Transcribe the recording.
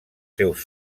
seus